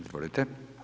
Izvolite.